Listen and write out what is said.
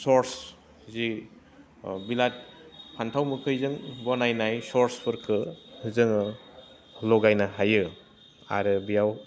सस जि फान्थाव ओंख्रिजों बनायनाय सर्सफोरखौ जोङो लगायनो हायो आरो बेयाव